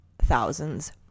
thousands